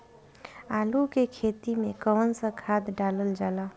आलू के खेती में कवन सा खाद डालल जाला?